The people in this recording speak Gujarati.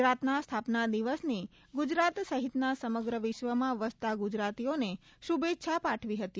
ગુજરાતના સ્થાપના દિવસની ગુજરાત સહિતના સમગ્ર વિશ્વમાં વસતા ગુજરાતીઓને શુભેચ્છા પાઠવી હતી